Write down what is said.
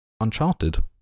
Uncharted